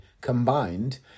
combined